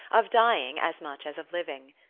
of dying as much as of living.